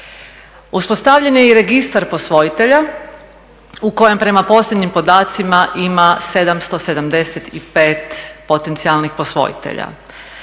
Uspostavljen je i Registar posvojitelja u kojem prema posljednjim podacima ima 775 potencijalnih posvojitelja,